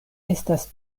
estas